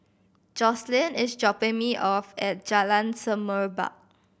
Jocelyn is dropping me off at Jalan Semerbak